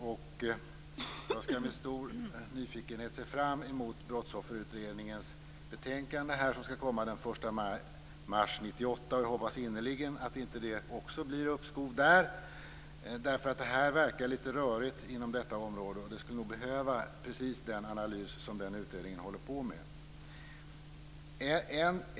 Jag skall med stor nyfikenhet se fram emot Brottsofferutredningens betänkande, som skall komma den 1 mars 1998. Jag hoppas innerligen att det inte blir uppskov också där. Detta område verkar vara litet rörigt, och det skulle nog behöva precis den analys som den utredningen håller på med.